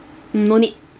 mm no need